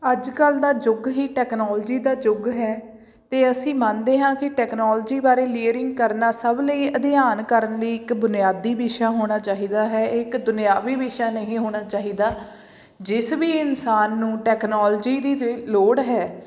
ਅੱਜਕੱਲ੍ਹ ਦਾ ਯੁੱਗ ਹੀ ਟੈਕਨੋਲਜੀ ਦਾ ਯੁੱਗ ਹੈ ਅਤੇ ਅਸੀਂ ਮੰਨਦੇ ਹਾਂ ਕਿ ਟੈਕਨੋਲਜੀ ਬਾਰੇ ਲੀਅਰਿੰਗ ਕਰਨਾ ਸਭ ਲਈ ਅਧਿਐਨ ਕਰਨ ਲਈ ਇੱਕ ਬੁਨਿਆਦੀ ਵਿਸ਼ਾ ਹੋਣਾ ਚਾਹੀਦਾ ਹੈ ਇੱਕ ਦੁਨਿਆਵੀ ਵਿਸ਼ਾ ਨਹੀਂ ਹੋਣਾ ਚਾਹੀਦਾ ਜਿਸ ਵੀ ਇਨਸਾਨ ਨੂੰ ਟੈਕਨੋਲਜੀ ਦੀ ਰੇ ਲੋੜ ਹੈ